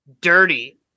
dirty